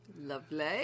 lovely